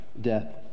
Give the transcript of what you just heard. death